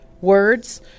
words